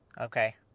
Okay